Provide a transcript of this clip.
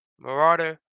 Marauder